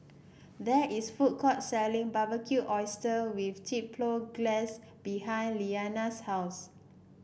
there is a food court selling Barbecued Oysters with Chipotle Glaze behind Lilianna's house